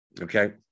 Okay